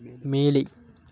மேலே